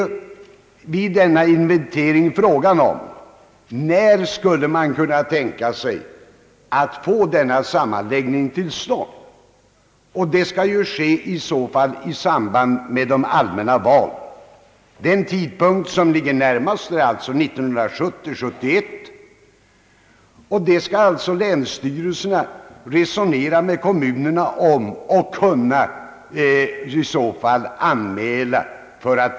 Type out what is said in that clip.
Vid denna inventering skall också undersökas när sammanläggningen kan komma till stånd. Detta skall ske i sam band med de allmänna valen. Den tidpunkt som ligger närmast är alltså 1970—1971, och länsstyrelserna skall komma överens med kommunerna om tidpunkten och göra en anmälan om detta.